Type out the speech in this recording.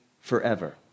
forever